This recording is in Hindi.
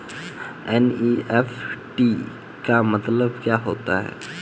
एन.ई.एफ.टी का मतलब क्या होता है?